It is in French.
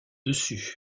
dessus